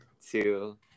two